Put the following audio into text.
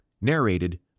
narrated